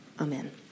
Amen